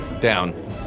Down